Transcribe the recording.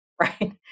right